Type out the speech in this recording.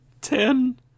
Ten